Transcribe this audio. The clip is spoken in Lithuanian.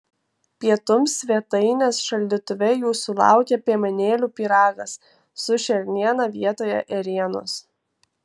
pietums svetainės šaldytuve jūsų laukia piemenėlių pyragas su šerniena vietoje ėrienos